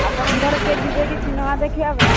ଆପଣଙ୍କର କିଏ ଯିବେ କି ସିନେମା ଦେଖିବା ପାଇଁ